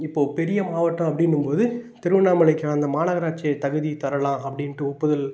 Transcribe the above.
இப்போது பெரிய மாவட்டம் அப்படின்னும்போது திருவண்ணாமலைக்கு அந்த மாநகராட்சிய தகுதி தரலாம் அப்படின்ட்டு ஒப்புதல்